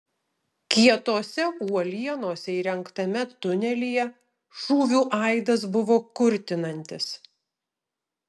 kietose uolienose įrengtame tunelyje šūvių aidas buvo kurtinantis